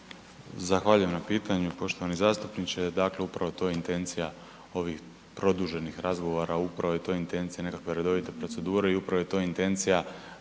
Zahvaljujem na pitanju poštovani zastupniče. Dakle upravo je to intencija ovih produženih razgovora, upravo je to intencija nekakve redovite procedure i upravo je to intencija